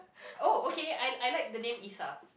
oh okay I I like the name Isa